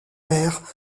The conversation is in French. pairs